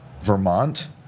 Vermont